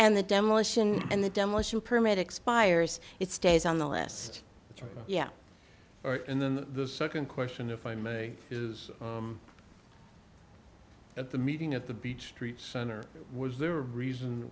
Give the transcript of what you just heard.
and the demolition and the demolition permit expires it stays on the list yeah right and then the second question if i may is at the meeting at the beach street center was there a reason